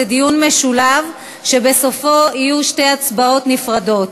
זה דיון משולב שבסופו יהיו שתי הצבעות נפרדות.